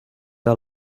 are